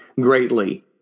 greatly